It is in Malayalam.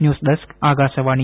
news desk Akashvani